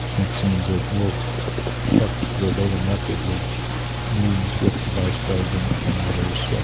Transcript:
it seems that wolff kept verbatim records of meetings with the vice president and others,